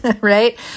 right